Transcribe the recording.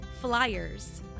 flyers